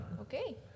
okay